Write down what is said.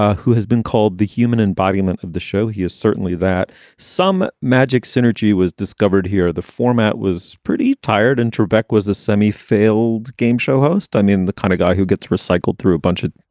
ah who has been called the human embodiment of the show. he is certainly that some magic synergy was discovered here. the format was pretty tired and trubek was a semi failed game show host on in the kind of guy who gets recycled through a bunch of.